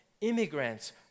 immigrants